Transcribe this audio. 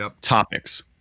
topics